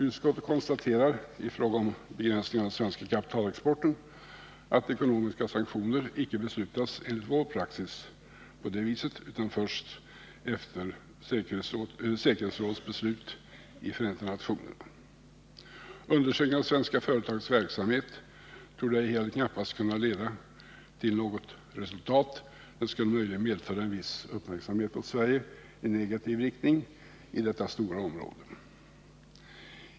Utskottet konstaterar i fråga om begränsning av den svenska kapitalexporten att ekonomiska sanktioner icke beslutas, enligt vår praxis, på det viset utan först efter säkerhetsrådets beslut i Förenta nationerna. En undersökning av svenska företags verksamhet torde knappast kunna leda till något resultat. En sådan skulle möjligen medföra en viss uppmärksamhet åt Sverige i negativ riktning i detta stora område.